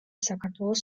საქართველოს